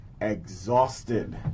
exhausted